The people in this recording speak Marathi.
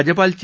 राज्यपाल चे